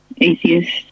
atheist